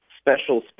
special